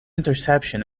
interception